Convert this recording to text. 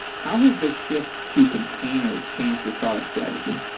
how has the shift to containers changed your product strategy?